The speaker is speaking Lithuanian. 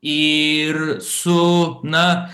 ir su na